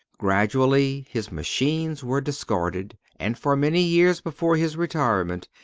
gradually, his machines were discarded, and for many years before his retirement,